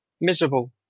miserable